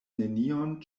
nenion